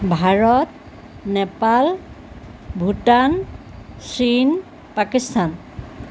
ভাৰত নেপাল ভূটান চীন পাকিস্তান